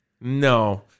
No